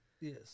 Yes